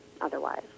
otherwise